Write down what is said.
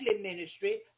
ministry